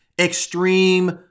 extreme